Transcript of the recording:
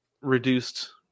reduced